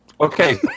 Okay